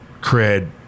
cred